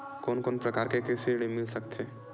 कोन कोन प्रकार के ऋण मिल सकथे?